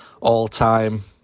all-time